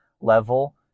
level